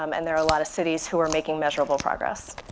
um and there are a lot of cities who are making measurable progress.